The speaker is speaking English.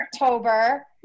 October